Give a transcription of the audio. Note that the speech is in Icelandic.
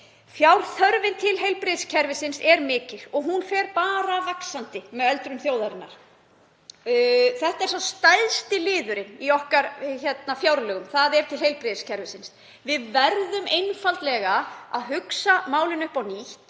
Fjárþörfin til heilbrigðiskerfisins er mikil og hún fer bara vaxandi með öldrun þjóðarinnar. Þetta er stærsti liðurinn í okkar fjárlögum, þ.e. útgjöld til heilbrigðiskerfisins. Við verðum einfaldlega að hugsa málin upp á nýtt,